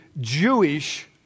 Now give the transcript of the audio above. Jewish